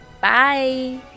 Bye